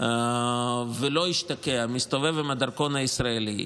ולא השתקע ומסתובב עם הדרכון הישראלי,